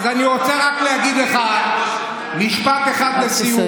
אז אני רק רוצה להגיד לך משפט אחד לסיום,